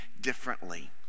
differently